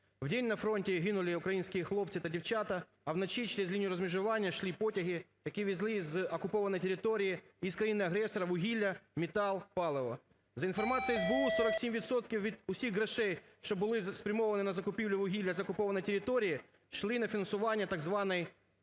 Вдень на фронті гинули українські хлопці та дівчата, а вночі через лінію розмежування шли потяги, які везли з окупованої території, із країни-агресора вугілля, метал, паливо. За інформацією СБУ 47 відсотків від усіх грошей, що були спрямовані на закупівлю вугілля з окупованої території, йшли на фінансування так званий…